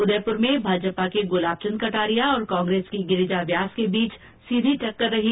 उदयपुर में भाजपा के गुलाबचन्द कटारिया और कांग्रेस की गिरिजा व्यास के बीच सीधी टेक्कर थी